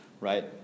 right